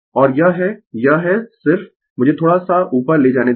और यह है यह है सिर्फ मुझे थोड़ा सा ऊपर ले जाने दें